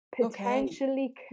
potentially